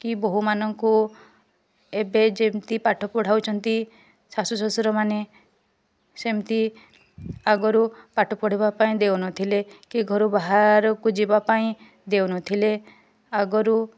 କି ବୋହୁ ମାନଙ୍କୁ ଏବେ ଯେମିତି ପାଠ ପଢ଼ାଉଛନ୍ତି ଶାଶୁ ଶ୍ୱଶୁର ମାନେ ସେମିତି ଆଗରୁ ପାଠ ପଢ଼ିବା ପାଇଁ ଦେଉ ନଥିଲେ କି ଘରୁ ବାହାରକୁ ଯିବା ପାଇଁ ଦେଉନଥିଲେ ଆଗରୁ